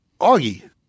Augie